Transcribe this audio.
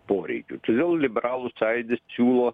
poreikių todėl liberalų sąjūdis siūlo